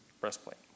breastplate